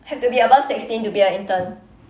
have to be above sixteen to be a intern